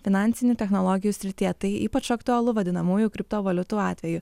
finansinių technologijų srityje tai ypač aktualu vadinamųjų kriptovaliutų atveju